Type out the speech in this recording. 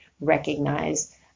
recognize